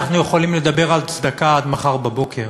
אנחנו יכולים לדבר על צדקה עד מחר בבוקר.